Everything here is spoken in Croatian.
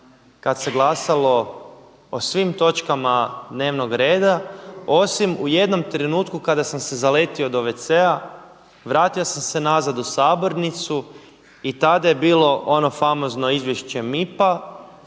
kad se glasalo o svim točkama dnevnog reda osim u jednom trenutku kada sam se zaletio do wc-a, vratio sam se nazad u sabornicu i tada je bilo ono famozno izvješće MIP-a.